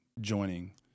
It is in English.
joining